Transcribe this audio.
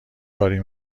کاری